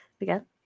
Again